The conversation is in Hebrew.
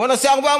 בואו נעשה 400,000,